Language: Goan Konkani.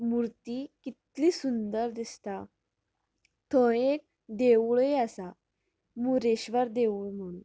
मुर्ती कितली सुंदर दिसता थंय एक देवुळूय आसा मुरेश्वर देवूळ म्हुणून